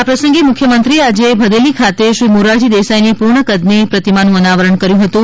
આ પ્રસંગે મુખ્યમંત્રીએ આજે ભદેલી ખાતે શ્રી મોરારજી દેસાઇની પૂર્ણકદની પ્રતિમાનું અનાવરણ કર્યું હતું